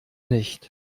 nicht